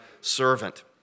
servant